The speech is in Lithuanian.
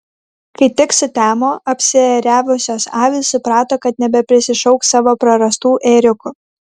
kai tik sutemo apsiėriavusios avys suprato kad nebeprisišauks savo prarastų ėriukų